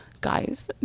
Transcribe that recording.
Guys